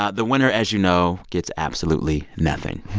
ah the winner, as you know, gets absolutely nothing.